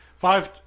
five